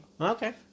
Okay